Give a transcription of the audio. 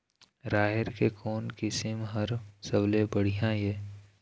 राहेर के कोन किस्म हर सबले बढ़िया ये?